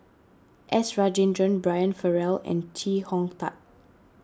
S Rajendran Brian Farrell and Chee Hong Tat